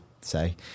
say